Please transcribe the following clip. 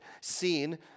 seen